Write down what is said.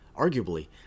Arguably